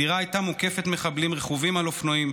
הדירה הייתה מוקפת מחבלים רכובים על אופנועים,